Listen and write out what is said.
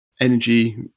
energy